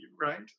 right